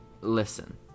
Listen